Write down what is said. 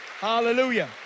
Hallelujah